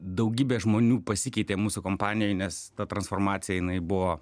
daugybė žmonių pasikeitė mūsų kompanijoi nes ta transformacija jinai buvo